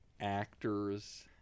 actors